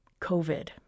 COVID